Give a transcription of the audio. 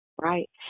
right